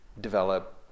develop